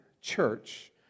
church